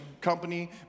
company